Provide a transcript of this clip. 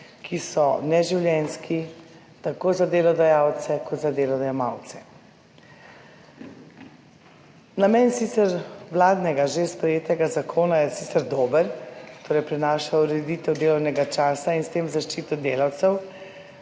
ki so neživljenjski tako za delodajalce kot za delojemalce. Namen sicer vladnega že sprejetega zakona je sicer dober, torej prinaša ureditev delovnega časa in s tem zaščito delavcev,